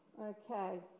Okay